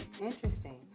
Interesting